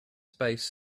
space